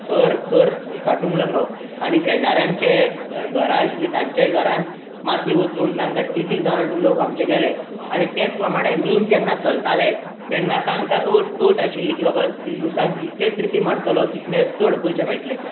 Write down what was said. थर थर साटूंक लागलो आनी शेजाऱ्यांचे घरा आशिल्ली तांच्याय घरान माती वचून तांकां टी बी जावन लोक आमंचे गेलें आनी तेच प्रमाणे मिन जेन्ना चलतालें तेंन्ना तांका अट अट आशिल्ली की बाबा दिसाक जितली ट्रिपी मारतलो तितले चड पयशे मेळटले